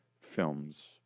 films